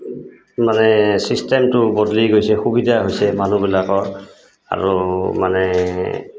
মানে চিষ্টেমটো বদলি গৈছে সুবিধা হৈছে মানুহবিলাকৰ আৰু মানে